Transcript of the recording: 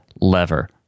lever